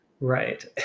Right